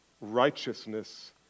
righteousness